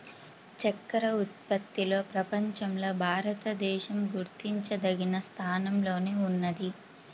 చక్కర ఉత్పత్తిలో ప్రపంచంలో భారతదేశం గుర్తించదగిన స్థానంలోనే ఉన్నది